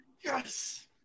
yes